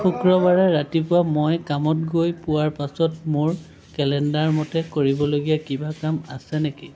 শুক্ৰবাৰে ৰাতিপুৱা মই কামত গৈ পোৱাৰ পাছত মোৰ কেলেণ্ডাৰ মতে কৰিবলগীয়া কিবা কাম আছে নেকি